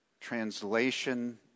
translation